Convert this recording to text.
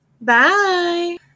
Bye